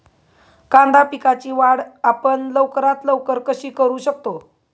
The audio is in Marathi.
कांदा पिकाची वाढ आपण लवकरात लवकर कशी करू शकतो?